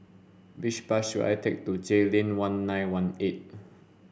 which bus should I take to Jayleen one nine one eight